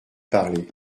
parler